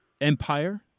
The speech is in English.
empire